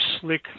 slick